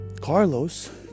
Carlos